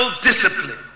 discipline